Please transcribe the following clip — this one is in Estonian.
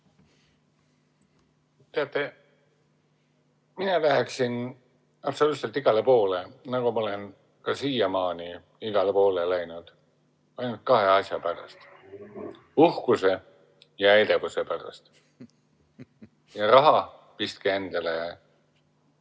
Teate, mina läheksin absoluutselt igale poole, nagu ma olen ka siiamaani igale poole läinud, ainult kahe asja pärast: uhkuse ja edevuse pärast. Raha pistke endale